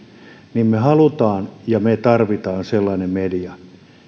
niin me haluamme ja me tarvitsemme sellaisen median